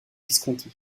visconti